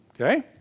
Okay